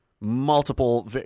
Multiple